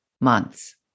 months